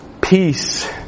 Peace